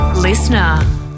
Listener